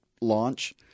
launch